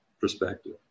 perspective